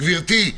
גברתי,